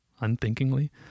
unthinkingly